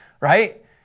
right